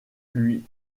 lui